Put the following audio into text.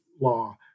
law